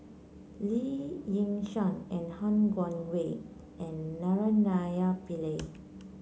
Lee Yi Shyan and Han Guangwei and Naraina Pillai